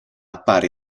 appare